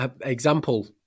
example